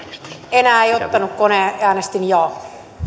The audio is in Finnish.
enää ei ottanut kone mutta äänestin jaa